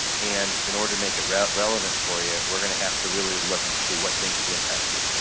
and in order to make it relevant for you, we're going to have to really look and see what things could impact you.